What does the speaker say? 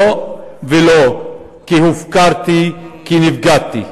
לא ולא, כי הופקרתי, כי נפגעתי.